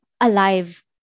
alive